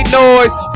noise